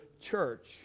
church